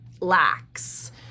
lacks